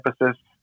emphasis